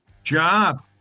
Job